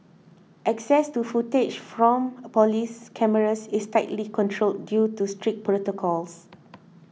access to footage from police cameras is tightly controlled due to strict protocols